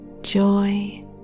joy